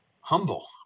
Humble